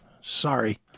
Sorry